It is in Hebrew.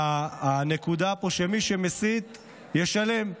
הנקודה היא שמי שמסית, ישלם.